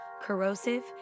Corrosive